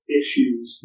issues